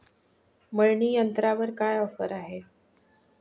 मळणी यंत्रावर काय ऑफर आहे?